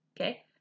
okay